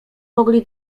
mogli